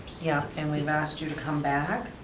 yeah, and we um asked you to come back.